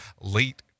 late